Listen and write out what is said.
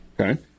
Okay